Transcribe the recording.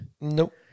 Nope